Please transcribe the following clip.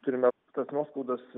turime tas nuoskaudos